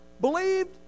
believed